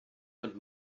und